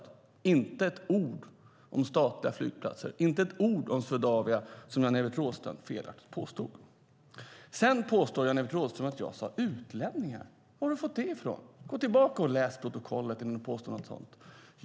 Det står inte ett ord om statliga flygplatser och inte ett ord om Swedavia, vilket Jan-Evert Rådhström felaktigt påstod. Vidare påstår Jan-Evert Rådhström att jag sade "utlänningar". Vad har du fått det ifrån? Gå tillbaka och läs protokollet innan du påstår något sådant!